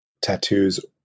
tattoos